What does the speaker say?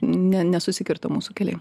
ne nesusikirto mūsų keliai